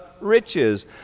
riches